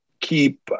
keep